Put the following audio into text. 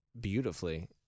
Beautifully